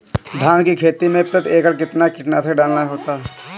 धान की खेती में प्रति एकड़ कितना कीटनाशक डालना होता है?